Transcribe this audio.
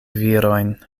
virojn